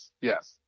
Yes